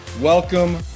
Welcome